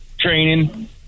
training